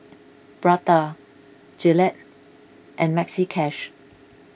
Prada Gillette and Maxi Cash